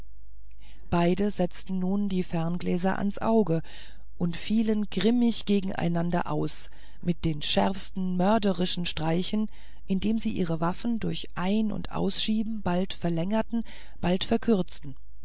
beide setzten nun die ferngläser ans auge und fielen grimmig gegeneinander aus mit scharfen mörderischen streichen indem sie ihre waffen durch aus und einschieben bald verlängerten bald verkürzten